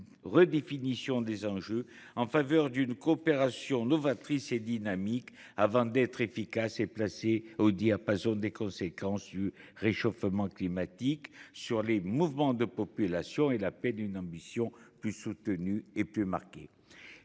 redéfinition des enjeux en faveur d’une coopération novatrice et dynamique. Afin d’être efficace et placée au diapason des conséquences du réchauffement climatique sur les mouvements de population, elle appelle une ambition plus soutenue et plus marquée.